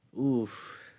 Oof